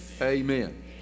amen